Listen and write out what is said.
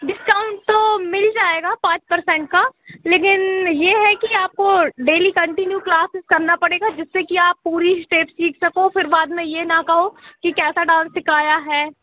discount तो मिल जाएगा पाँच परसेंट का लेकिन ये है कि आपको डेली कंटिन्यू क्लासेस करना पड़ेगा जिससे कि आप पूरी स्टेप सीख सको फिर बाद में ये ना कहो कि कैसा डांस सिखाया है